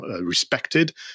respected